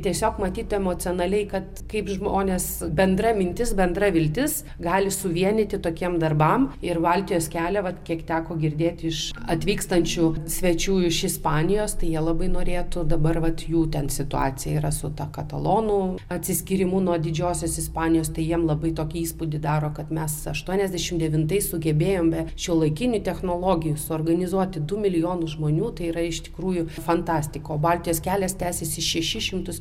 tiesiog matyt emocionaliai kad kaip žmonės bendra mintis bendra viltis gali suvienyti tokiem darbam ir baltijos kelią vat kiek teko girdėti iš atvykstančių svečių iš ispanijos tai jie labai norėtų dabar vat jų ten situacija yra su ta katalonų atsiskyrimu nuo didžiosios ispanijos tai jiem labai tokį įspūdį daro kad mes aštuoniasdešimt devintais sugebėjome be šiuolaikinių technologijų suorganizuoti du milijonus žmonių tai yra iš tikrųjų fantastika o baltijos kelias tęsiasi šešis šimtus